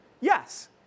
Yes